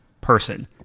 person